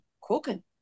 cooking